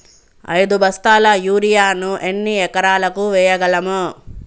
ఐదు బస్తాల యూరియా ను ఎన్ని ఎకరాలకు వేయగలము?